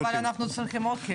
אוקיי.